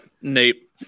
Nate